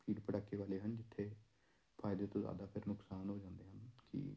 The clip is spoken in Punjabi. ਭੀੜ ਭੜੱਕੇ ਵਾਲੇ ਹਨ ਜਿੱਥੇ ਫ਼ਾਇਦੇ ਤੋਂ ਜ਼ਿਆਦਾ ਫਿਰ ਨੁਕਸਾਨ ਹੋ ਜਾਂਦੇ ਹਨ ਕਿ